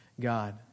God